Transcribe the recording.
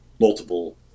multiple